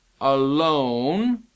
Alone